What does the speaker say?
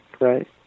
right